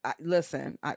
listen